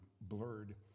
blurred